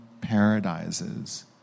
paradises